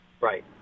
right